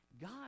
God